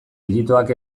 ijitoak